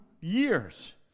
years